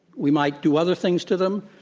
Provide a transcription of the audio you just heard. we might do other things to them.